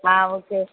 okay